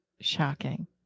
shocking